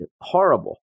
horrible